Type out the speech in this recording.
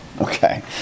Okay